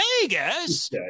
Vegas